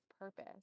purpose